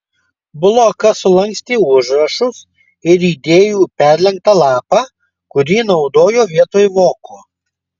blokas sulankstė užrašus ir įdėjo į perlenktą lapą kurį naudojo vietoj voko